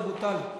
זה בוטל.